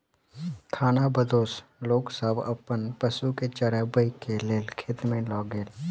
खानाबदोश लोक सब अपन पशु के चरबै के लेल खेत में लय गेल